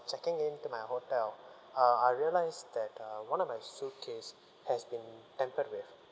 checking in to my hotel uh I realised that uh one of my suitcase has being tempered with